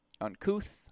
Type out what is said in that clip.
uncouth